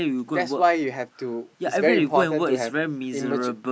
that's why you have to it's very important to have emergen~